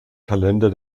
kalender